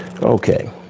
Okay